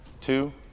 two